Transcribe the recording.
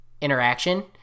interaction